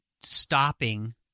stopping